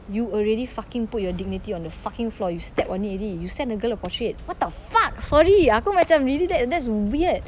you already fucking put your dignity on the fucking floor you step on it already you send a girl a portrait what the fuck sorry aku macam really that's that's weird